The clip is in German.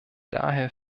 daher